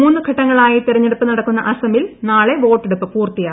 മൂന്ന് ഘട്ടങ്ങളായി തെരഞ്ഞെടുപ്പ് നടക്കുന്ന അസമിൽ നാളെ വോട്ടടുപ്പ് പൂർത്തിയാവും